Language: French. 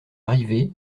arrivé